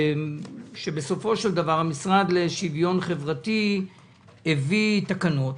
בסופו של דבר, המשרד לשוויון חברתי הביא תקנות,